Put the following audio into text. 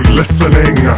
listening